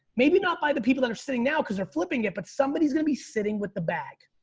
maybe not by the people that are sitting now cause they're flipping it. but somebody is gonna be sitting with the bag.